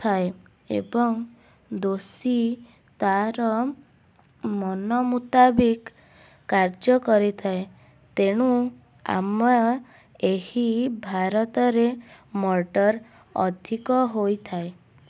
ଥାଏ ଏବଂ ଦୋଷୀ ତାର ମନ ମୁତାବିକ କାର୍ଯ୍ୟ କରିଥାଏ ତେଣୁ ଆମ ଏହି ଭାରତ ରେ ମର୍ଡ଼ର ଅଧିକ ହୋଇଥାଏ